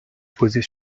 poser